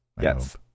Yes